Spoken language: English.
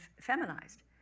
feminized